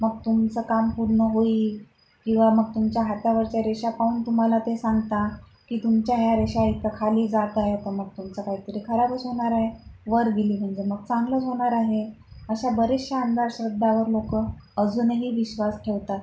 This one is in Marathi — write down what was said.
मग तुमचं काम पूर्न होईल किंवा मग तुमच्या हातावरच्या रेषा पाहून तुम्हाला ते सांगता की तुमच्या ह्या रेषा इथं खाली जात आहे तं मग तुमचं कायतरी खराबच होणाराय वर गेली म्हनजे मग चांगलंच होनार आहे अशा बरेचशा अंधाश्रद्धावर लोकं अजूनही विश्वास ठेवतात